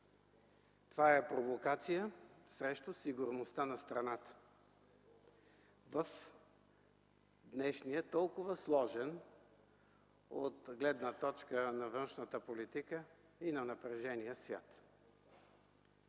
Това е провокация срещу сигурността на страната в днешния толкова сложен, от гледна точка на външната политика и на напрежение, свят.